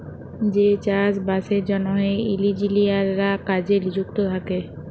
যে চাষ বাসের জ্যনহে ইলজিলিয়াররা কাজে লিযুক্ত থ্যাকে